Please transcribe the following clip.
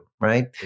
right